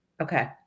Okay